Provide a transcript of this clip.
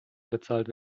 bezahlt